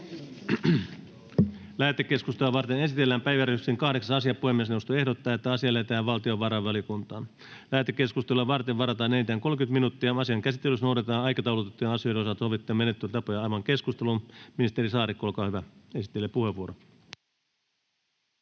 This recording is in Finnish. Lähetekeskustelua varten esitellään päiväjärjestyksen 9. asia. Puhemiesneuvosto ehdottaa, että asia lähetetään valtiovarainvaliokuntaan. Lähetekeskustelua varten varataan enintään 30 minuuttia aikaa. Asian käsittelyssä noudatetaan aikataulutettujen asioiden osalta sovittuja menettelytapoja. — Avaan keskustelun. Ministeri Saarikko, esittelypuheenvuoro,